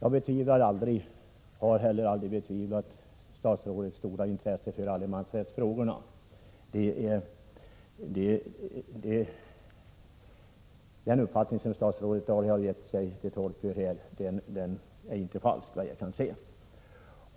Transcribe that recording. Jag betvivlar inte — och har heller aldrig gjort det — att statsrådet har ett stort och äkta intresse för allemansrättsfrågorna. Därför hoppas jag nu att den här frågan följs upp till gagn för Nordvärmlands folk.